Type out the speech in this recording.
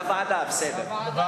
לוועדה, בסדר.